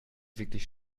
wirklich